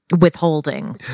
withholding